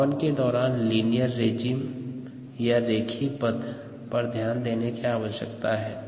मापन के दौरान लीनियर रेजिम या रेखीय पथ पर ध्यान देने की आवश्यकता है